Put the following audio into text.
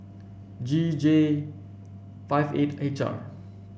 G J five eight H R